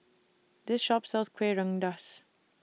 This Shop sells Kueh Rengas